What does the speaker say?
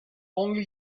only